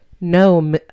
no